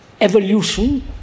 evolution